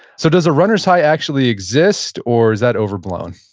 so does a runner's high actually exist or is that overblown?